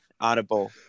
audible